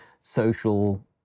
social